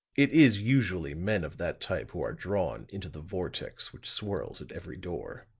it is usually men of that type who are drawn into the vortex which swirls at every door.